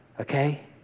Okay